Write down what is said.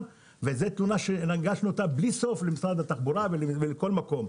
וזו תלונה שהגשנו בלי סוף למשרד התחבורה ולכל מקום.